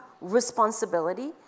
responsibility